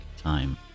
time